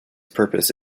purpose